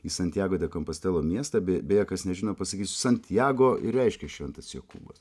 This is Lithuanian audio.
į santjago de kompostelo miestą beje beje kas nežino pasakysiu santjago ir reiškia šventas jokūbas